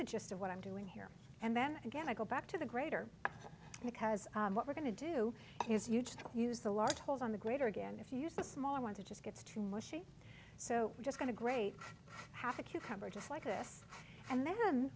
the gist of what i'm doing here and then again i go back to the greater because what we're going to do is you just use the large holes on the greater again if you use the smaller ones it just gets too mushy so we're just going to grate half a cucumber just like this and then